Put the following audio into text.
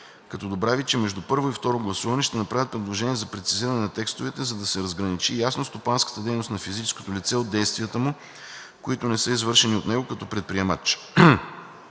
като добави, че между първо и второ гласуване ще направят предложения за прецизиране на текстовете, за да се разграничи ясно стопанската дейност на физическото лице от действията му, които не са извършени от него като предприемач.